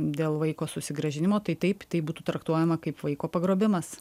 dėl vaiko susigrąžinimo tai taip tai būtų traktuojama kaip vaiko pagrobimas